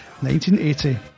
1980